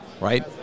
right